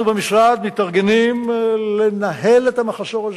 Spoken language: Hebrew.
אנחנו במשרד מתארגנים לנהל את המחסור הזה.